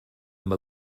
amb